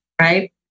right